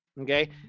okay